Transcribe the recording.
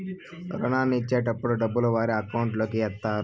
రుణాన్ని ఇచ్చేటటప్పుడు డబ్బులు వారి అకౌంట్ లోకి ఎత్తారు